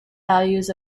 values